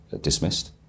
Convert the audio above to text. dismissed